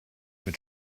mit